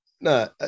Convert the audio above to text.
No